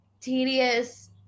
tedious